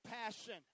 passion